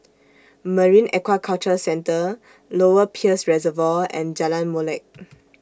Marine Aquaculture Centre Lower Peirce Reservoir and Jalan Molek